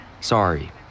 Sorry